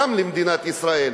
גם למדינת ישראל,